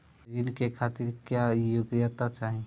ऋण के खातिर क्या योग्यता चाहीं?